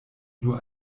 nur